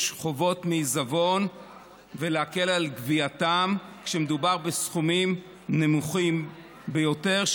חובות מעיזבון ולהקל על גבייתם כשמדובר בסכומים נמוכים ביותר,